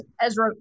Ezra